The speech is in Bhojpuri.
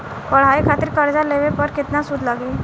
पढ़ाई खातिर कर्जा लेवे पर केतना सूद लागी?